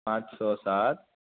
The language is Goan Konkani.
पांच सो सात